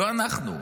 לא אנחנו.